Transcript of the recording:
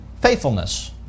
Faithfulness